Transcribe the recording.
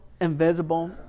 invisible